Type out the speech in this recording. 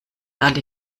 alle